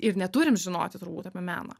ir neturim žinoti turbūt apie meną